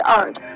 art